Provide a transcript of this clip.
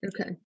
Okay